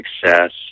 success